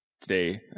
Today